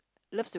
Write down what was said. love to